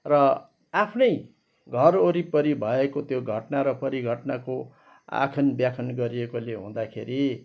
र आफ्नै घर वरिपरि भएको त्यो घटना र परिघटनाको आख्यान ब्याख्यान गरिएकोले हुँदाखेरि